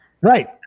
Right